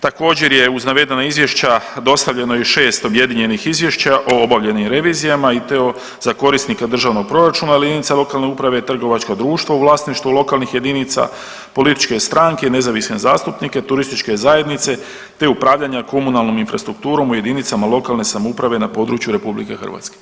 Također je uz navedena izvješća dostavljeno i 6 objedinjenih izvješća o obavljenim revizijama i to za korisnike državnog proračuna jedinica lokalne uprave, trgovačka društva u vlasništvu lokalnih jedinica, političke stranke, nezavisne zastupnike, turističke zajednice te upravljanja komunalnom infrastrukturom u jedinicama lokalne samouprave na području RH.